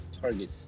target